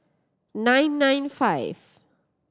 nine nine five